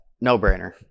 No-brainer